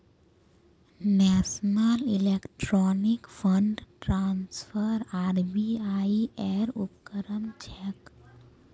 national electronic fund transfer RBI ऐर उपक्रम छेक